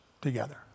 together